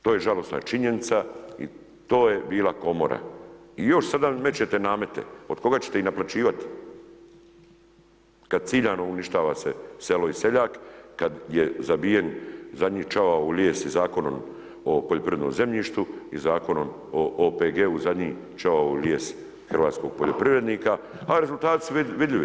To je žalosna činjenica i to je bila Komora i još sada namećete namete, od koga ćete ih naplaćivati, kada ciljano uništava se selo i seljak, kada je zabijen zadnji čavao u lijes i Zakonom o poljoprivrednom zemljištu i Zakonom o OPG-u, zadnji čavao u lijes hrvatskog poljoprivrednika, a rezultati su vidljivi.